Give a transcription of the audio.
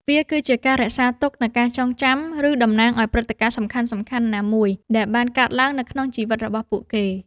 វាគឺជាការរក្សាទុកនូវការចងចាំ ឬតំណាងឱ្យព្រឹត្តិការណ៍សំខាន់ៗណាមួយដែលបានកើតឡើងនៅក្នុងជីវិតរបស់ពួកគេ។